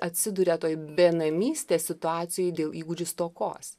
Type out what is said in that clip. atsiduria toj benamystės situacijoj dėl įgūdžių stokos